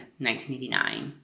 1989